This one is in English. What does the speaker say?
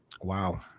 Wow